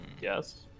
Yes